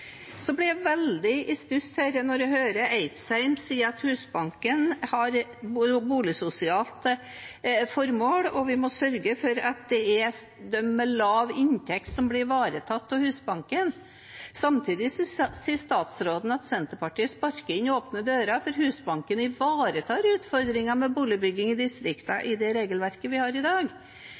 blir veldig i stuss når jeg hører representanten Eidsheim si at Husbanken har et boligsosialt formål, og at vi må sørge for at det er de med lav inntekt som blir ivaretatt av Husbanken. Samtidig sier statsråden at Senterpartiet sparker inn åpne dører fordi Husbanken ivaretar utfordringen med boligbygging i distriktene gjennom det regelverket vi har i dag.